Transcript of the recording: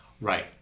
Right